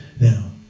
now